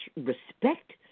respect